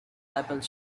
apple